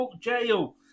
jail